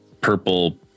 purple